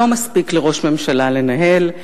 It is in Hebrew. לא מספיק לראש ממשלה לנהל,